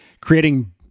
creating